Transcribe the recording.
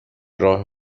راه